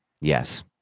yes